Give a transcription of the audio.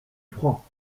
francs